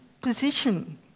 position